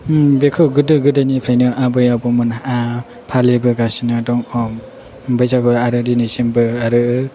बेखौ गोदो गोदोनिफ्रायनो आबै आबौमोनहा फालिबोगासिनो दङ बैसागु आरो दिनैसिमबो आरो